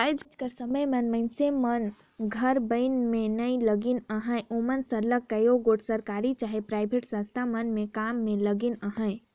आएज कर समे में मइनसे मन घर बनई में ही नी लगिन अहें ओमन सरलग कइयो गोट सरकारी चहे पराइबेट संस्था मन में काम में लगिन अहें